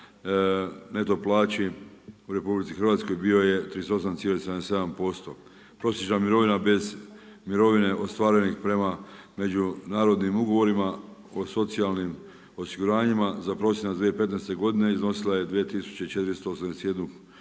neto plaći u RH bio je 38,77%. Prosječan mirovina bez mirovine ostvarenih prema među narodnim ugovorima o socijalnim osiguranjima za prosinac 2015. godina iznosila je 2481 kunu